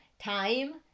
time